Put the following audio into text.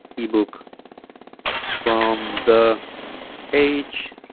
ebook from the h